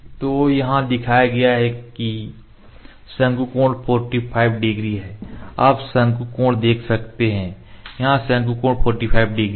तो यहां दिखाया गया है शंकु कोण 45 डिग्री है आप शंकु कोण देख सकते हैं यहां शंकु कोण 45 डिग्री है